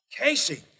Casey